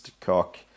Cock